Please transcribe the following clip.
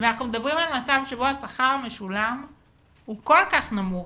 ואנחנו מדברים על מצב שבו השכר המשולם הוא כל כך נמוך,